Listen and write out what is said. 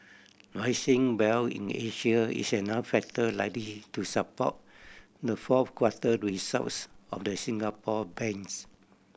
rising wealth in Asia is another factor likely to support the fourth quarter results of the Singapore banks